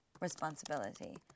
responsibility